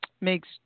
Makes